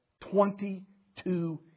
Twenty-two